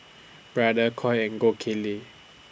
Brother Koi and Gold Kili